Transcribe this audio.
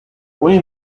only